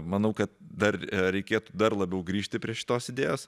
manau kad dar reikėtų dar labiau grįžti prie šitos idėjos